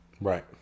Right